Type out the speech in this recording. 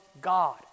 God